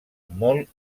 molt